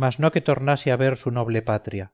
mas no que tornase a ver su noble patria